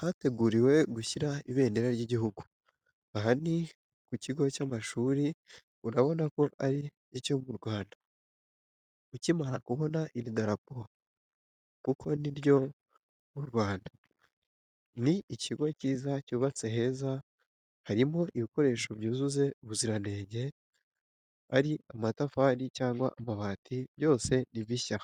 hateguriwe gushyira ibendera ry'igihugu. Aha ni ku kigo cy'amashuri, urabona ko ari cyo mu Rwanda, ukimara kubona iri darapo kuko n'iryo mu Rwanda. Ni ikigo cyiza cyubatse neza hariho ibikoresho byujuje ubuziranenge, ari amatafari cyangwa amabati byose ni bishya.